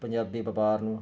ਪੰਜਾਬੀ ਵਪਾਰ ਨੂੰ